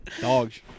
Dogs